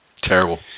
terrible